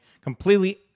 completely